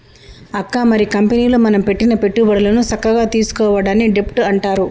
అక్క మరి కంపెనీలో మనం పెట్టిన పెట్టుబడులను సక్కగా తీసుకోవడాన్ని డెబ్ట్ అంటారు